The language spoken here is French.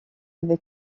avec